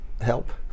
help